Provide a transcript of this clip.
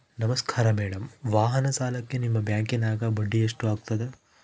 ನಮಸ್ಕಾರ ಮೇಡಂ ವಾಹನ ಸಾಲಕ್ಕೆ ನಿಮ್ಮ ಬ್ಯಾಂಕಿನ್ಯಾಗ ಬಡ್ಡಿ ಎಷ್ಟು ಆಗ್ತದ?